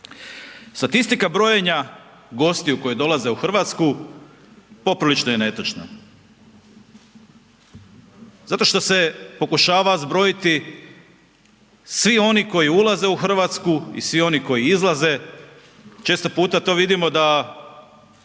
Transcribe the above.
Statistika brojenja gostiju koji dolaze u Hrvatsku poprilično je netočna zato što se pokušava zbrojiti svi oni koji ulaze u Hrvatsku i vi oni koji izlaze, često puta to vidimo da